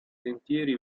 sentieri